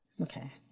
Okay